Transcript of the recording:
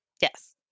Yes